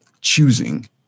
choosing